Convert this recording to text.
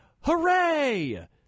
hooray